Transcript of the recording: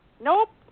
nope